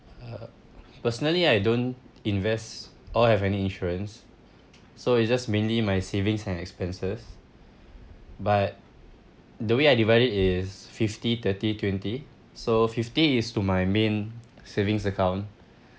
uh personally I don't invest or have any insurance so it's just mainly my savings and expenses but the way I divide it is fifty thirty twenty so fifty is to my main savings account